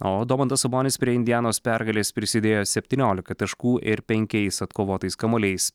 o domantas sabonis prie indianosindiana pergalės prisidėjo septyniolika taškų ir penkiais atkovotais kamuoliais